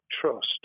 trust